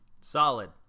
Solid